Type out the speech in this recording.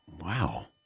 wow